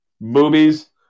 movies